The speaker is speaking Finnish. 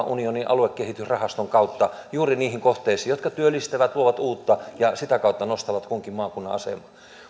unionin aluekehitysrahaston kautta juuri niihin kohteisiin jotka työllistävät luovat uutta ja sitä kautta nostavat kunkin maakunnan asemaa